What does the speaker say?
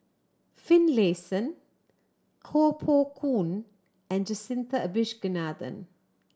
Finlayson Koh Poh Koon and Jacintha Abisheganaden